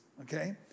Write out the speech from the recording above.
okay